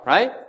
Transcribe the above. Right